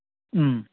ꯎꯝ